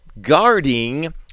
guarding